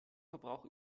verbrauch